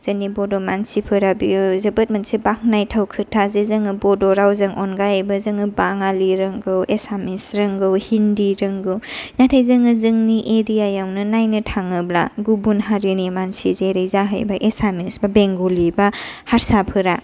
जोंनि बड' मानसिफोरा बियो जोबोर मोनसे बाखनायथाव खोथा जे जोङो बड' रावजों अनगायैबो जोङो बाङालि रोंगौ एसामिस रोंगौ हिन्दि रोंगौ नाथाय जोङो जोंनि एरियायावनो नायनो थाङोब्ला गुबुन हारिनि मानसि जेरै जाहैबाय एसामिस बा बेंग'लि बा हारसाफोरा